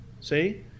See